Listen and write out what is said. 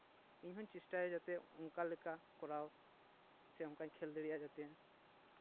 ᱤᱧ ᱦᱚᱸᱧ ᱪᱮᱥᱴᱟᱭᱟ ᱡᱟᱛᱮ ᱚᱱᱠᱟ ᱞᱮᱠᱟ ᱠᱚᱨᱟᱣ ᱥᱮ ᱚᱱᱠᱟᱧ ᱠᱷᱮᱞ ᱫᱟᱲᱮᱭᱟᱜᱼᱟ ᱡᱟᱛᱮ